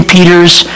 Peter's